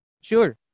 sure